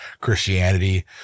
Christianity